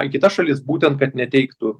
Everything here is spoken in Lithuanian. į kitas šalis būtent kad neteiktų